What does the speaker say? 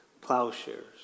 plowshares